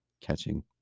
catching